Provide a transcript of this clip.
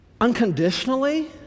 unconditionally